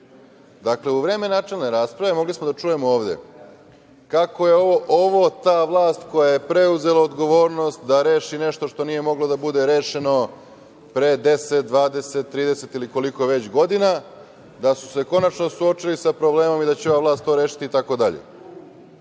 zakona. Dakle, u vreme načelne rasprave mogli smo da čujemo ovde kako je ovo ta vlast koja je preuzela odgovornost da reši nešto što nije moglo biti rešeno pre 10, 20, 30 ili koliko već godina, da su se konačno suočili sa problemom i da će ova vlast to rešiti itd,